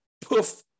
poof